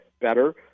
better